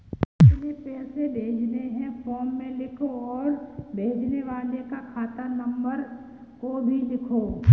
कितने पैसे भेजने हैं फॉर्म में लिखो और भेजने वाले खाता नंबर को भी लिखो